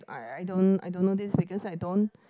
I I don't I don't know this because I don't